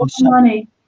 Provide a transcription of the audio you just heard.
money